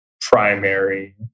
primary